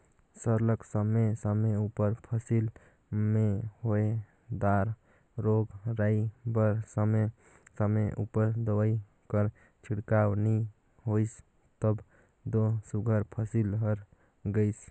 सरलग समे समे उपर फसिल में होए दार रोग राई बर समे समे उपर दवई कर छिड़काव नी होइस तब दो सुग्घर फसिल हर गइस